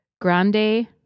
grande